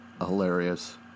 hilarious